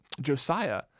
Josiah